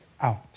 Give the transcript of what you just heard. out